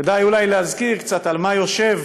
כדאי אולי להזכיר קצת על מה יושב